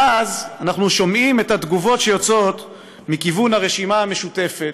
ואז אנחנו שומעים את התגובות שיוצאות מכיוון הרשימה המשותפת,